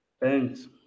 thanks